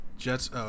Jets